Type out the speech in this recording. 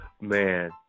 Man